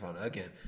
again